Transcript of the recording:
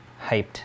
hyped